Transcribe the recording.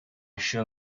shall